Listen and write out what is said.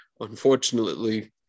unfortunately